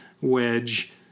Wedge